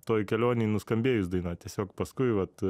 toj kelionėj nuskambėjus daina tiesiog paskui vat